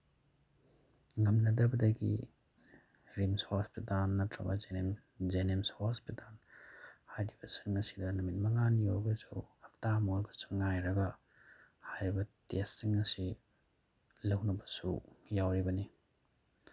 ꯉꯝꯅꯗꯕꯗꯒꯤ RIMS hospital ꯅꯠꯇ꯭ꯔꯒ JNIMS hospital ꯍꯥꯏꯔꯤꯕꯁꯤꯡ ꯑꯁꯤꯗ ꯅꯨꯃꯤꯠ ꯃꯉꯥꯅꯤ ꯑꯣꯏꯔꯒꯁꯨ ꯍꯞꯇꯥ ꯑꯃ ꯑꯣꯏꯔꯒꯁꯨ ꯉꯥꯏꯔꯒ ꯍꯥꯏꯔꯤꯕ ꯇꯦꯁꯁꯤꯡ ꯑꯁꯤ ꯂꯧꯅꯕꯁꯨ ꯌꯥꯎꯔꯤꯕꯅꯤ